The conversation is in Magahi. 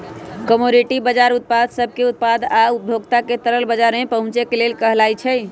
कमोडिटी बजार उत्पाद सब के उत्पादक आ उपभोक्ता के तरल बजार में पहुचे के लेल कहलाई छई